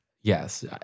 Yes